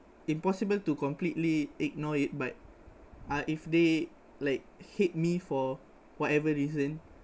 impossible to completely ignore it but uh if they like hate me for whatever reason